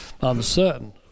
uncertain